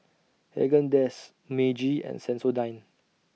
Haagen Dazs Meiji and Sensodyne